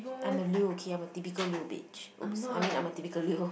I'm a Leo okay I'm a typically Leo bitch !oops! I mean I'm a typical Leo